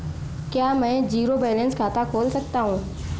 क्या मैं zero balance खाता खोल सकता हूँ?